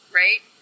right